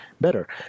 better